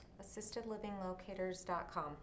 assistedlivinglocators.com